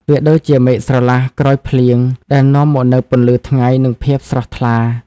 វាដូចជាមេឃស្រឡះក្រោយភ្លៀង ដែលនាំមកនូវពន្លឺថ្ងៃ និងភាពស្រស់ថ្លា។